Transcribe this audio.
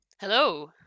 Hello